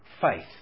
faith